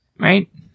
Right